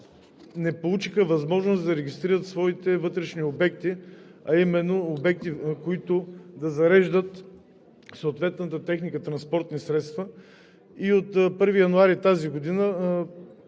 не получиха възможност да регистрират своите вътрешни обекти, а именно обекти, които да зареждат съответната техника, транспортни средства, и от 1 януари тази година